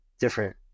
different